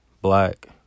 Black